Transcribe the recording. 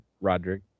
Roderick